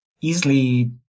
easily